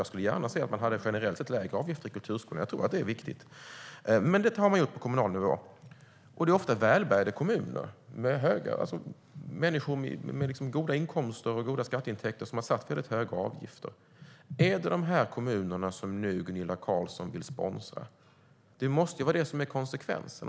Jag skulle gärna se generellt sett lägre avgifter till kulturskolan. Det är viktigt. Det är ofta välbärgade kommuner som har höga avgifter. Det är kommuner där det bor människor med goda inkomster och där det finns goda skatteintäkter som har satt höga avgifter. Är det dessa kommuner som Gunilla Carlsson nu vill sponsra? Det måste vara konsekvensen.